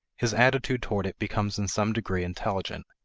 his attitude toward it becomes in some degree intelligent.